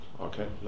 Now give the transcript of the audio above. Okay